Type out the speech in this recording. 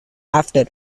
after